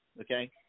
Okay